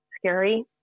scary